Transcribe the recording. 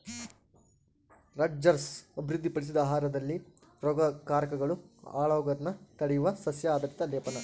Rutgers ಅಭಿವೃದ್ಧಿಪಡಿಸಿದ ಆಹಾರದಲ್ಲಿ ರೋಗಕಾರಕಗಳು ಹಾಳಾಗೋದ್ನ ತಡೆಯುವ ಸಸ್ಯ ಆಧಾರಿತ ಲೇಪನ